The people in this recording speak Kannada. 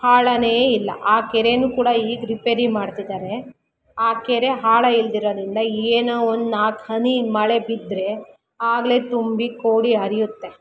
ಆಳನೇ ಇಲ್ಲ ಆ ಕೆರೆನೂ ಕೂಡ ಈಗ ರಿಪೇರಿ ಮಾಡ್ತಿದ್ದಾರೆ ಆ ಕೆರೆ ಆಳ ಇಲ್ದಿರೋದ್ರಿಂದ ಏನೋ ಒಂದು ನಾಲ್ಕು ಹನಿ ಮಳೆ ಬಿದ್ದರೆ ಆಗಲೇ ತುಂಬಿ ಕೋಡಿ ಹರಿಯುತ್ತೆ